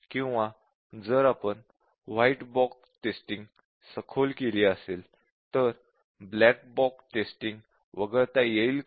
किंवा जर आपण व्हाईट बॉक्स टेस्टिंग सखोल केली असेल तर ब्लॅक बॉक्स टेस्टिंग वगळता येईल का